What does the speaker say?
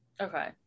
Okay